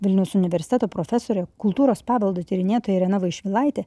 vilniaus universiteto profesorė kultūros paveldo tyrinėtoja irena vaišvilaitė